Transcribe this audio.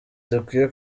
dukwiye